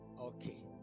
Okay